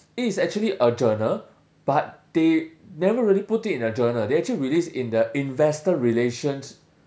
it is actually a journal but they never really put it in a journal they actually released in the investor relations